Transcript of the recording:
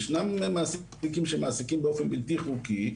ישנם מעסיקים שמעסיקים באופן בלתי חוקי,